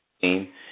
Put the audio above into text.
team